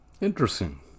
interesting